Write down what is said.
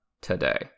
today